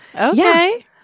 Okay